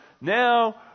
now